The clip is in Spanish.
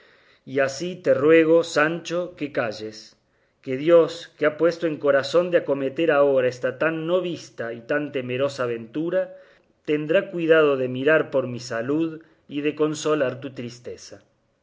y así te ruego sancho que calles que dios que me ha puesto en corazón de acometer ahora esta tan no vista y tan temerosa aventura tendrá cuidado de mirar por mi salud y de consolar tu tristeza